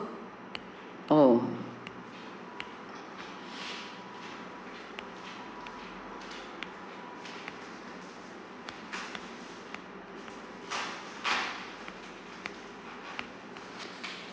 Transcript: oh